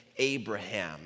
Abraham